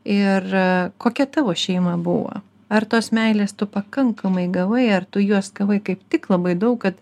ir kokia tavo šeima buvo ar tos meilės tu pakankamai gavai ar tu jos gavai kaip tik labai daug kad